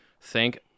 Thank